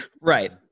right